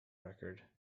record